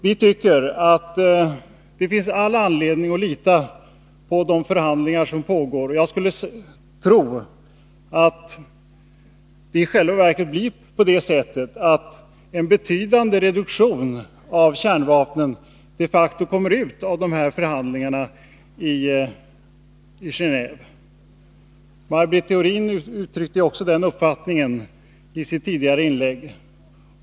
Vi tycker att det finns all anledning att lita på de förhandlingar som pågår. Jag skulle tro att en betydande reduktion av kärnvapnen de facto kommer att bli resultatet av förhandlingarna i Genéve. Maj Britt Theorin uttryckte också den uppfattningen i sitt tidigare inlägg.